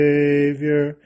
Savior